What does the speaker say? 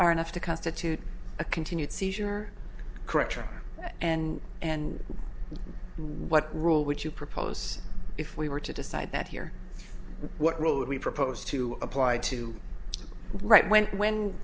are enough to constitute a continued seizure or corrector and and what rule would you propose if we were to decide that here what road we propose to apply to right when when